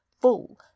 full